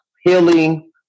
healing